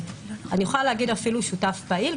אני יכולה להגיד אפילו "שותף פעיל",